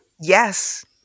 Yes